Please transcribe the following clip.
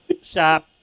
stop